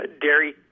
dairy –